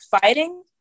fighting